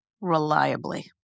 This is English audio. reliably